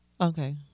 Okay